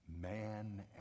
Man